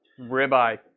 Ribeye